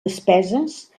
despeses